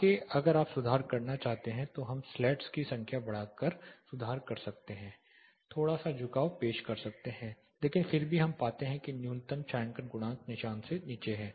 आगे अगर आप सुधार करना चाहते हैं तो हम स्लैट्स की संख्या बढ़ाकर सुधार कर सकते हैं थोड़ा सा झुकाव पेश कर सकते हैं लेकिन फिर भी हम पाते हैं कि न्यूनतम छायांकन गुणांक निशान से नीचे हैं